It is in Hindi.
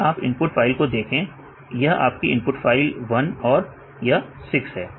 अगर आप इनपुट फाइल को देखें यह आपकी इनपुट फाइल 1 और यह 6 है